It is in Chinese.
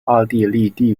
奥地利